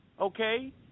okay